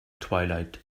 twilight